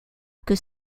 que